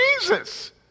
Jesus